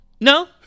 no